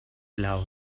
loved